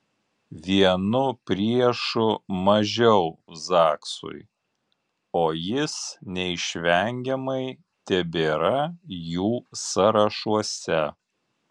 vienu priešu mažiau zaksui o jis neišvengiamai tebėra jų sąrašuose